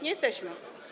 Nie jesteśmy.